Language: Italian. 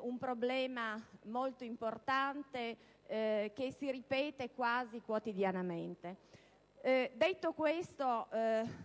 un problema molto importante, che si ripete quasi quotidianamente. Detto questo,